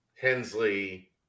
Hensley